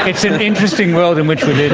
it's an interesting world in which we live,